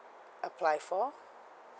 apply for